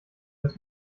des